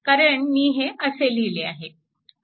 कारण मी हे असे लिहिले आहे